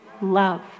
love